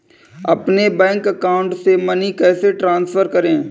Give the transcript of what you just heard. अपने bank account से money कैसे ट्रांसफर करें?